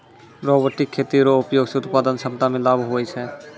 robotic खेती रो उपयोग से उत्पादन क्षमता मे लाभ हुवै छै